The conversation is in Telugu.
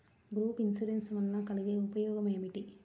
గ్రూప్ ఇన్సూరెన్స్ వలన కలిగే ఉపయోగమేమిటీ?